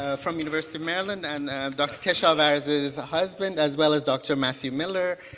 ah from university of maryland and dr. keshavarz's husband as well as dr. matthew miller.